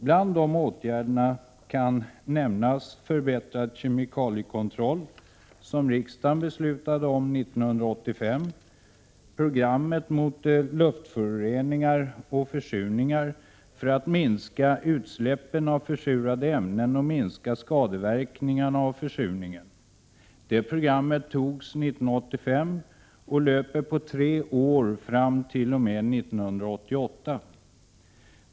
Bland dessa åtgärder kan nämnas förbättrad kemikaliekontroll, som riksdagen beslutade om 1985, och programmet mot luftföroreningar och försurningar för att minska utsläppen av försurande ämnen och minska skadeverkningarna av försurningen. Detta program togs 1985 och löper på tre år fram t.o.m. 1988.